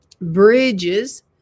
bridges